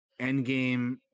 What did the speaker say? endgame